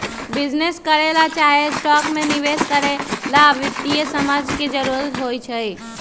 business करे ला चाहे स्टॉक में निवेश करे ला वित्तीय समझ के जरूरत होई छई